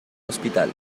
hospital